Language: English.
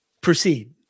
proceed